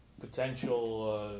potential